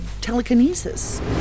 telekinesis